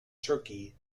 turkey